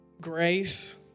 grace